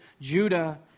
Judah